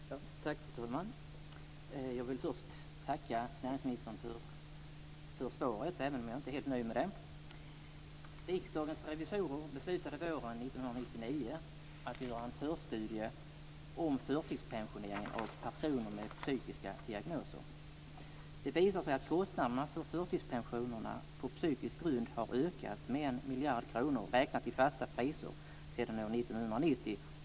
Fru talman! Jag vill först tacka näringsministern för svaret även om jag inte är helt nöjd med det. Riksdagens revisorer beslutade våren 1999 att göra en förstudie om förtidspensionering av personer med psykiska diagnoser. Det visar sig att kostnaderna för förtidspensionerna på psykisk grund har ökat med 1 miljard kronor räknat i fasta priser sedan år 1990.